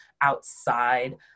outside